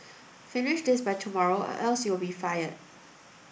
finish this by tomorrow or else you'll be fired